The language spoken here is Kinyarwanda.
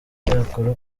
icyakora